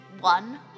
one